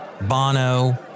Bono